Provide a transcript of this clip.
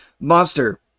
Monster